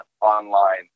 online